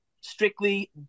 strictly